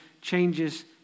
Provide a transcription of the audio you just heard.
changes